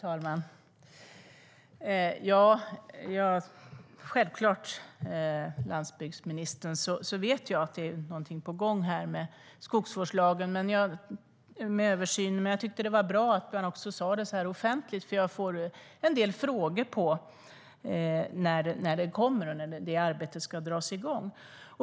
Fru talman! Självklart, landsbygdsministern, vet jag att det är något på gång med översynen av skogsvårdslagen. Men jag tyckte att det var bra att det blev sagt offentligt också. Jag får en del frågor om när den kommer och när arbetet ska dras i gång.